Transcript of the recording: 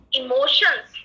emotions